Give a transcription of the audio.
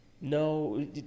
No